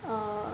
err